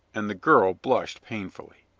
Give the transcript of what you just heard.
and the girl blushed painfully.